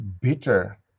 bitter